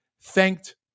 thanked